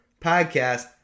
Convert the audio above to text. podcast